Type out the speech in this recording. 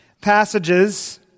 passages